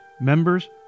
Members